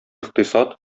икътисад